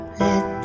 let